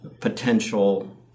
potential